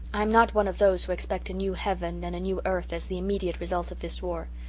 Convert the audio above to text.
i am not one of those who expect a new heaven and a new earth as the immediate result of this war.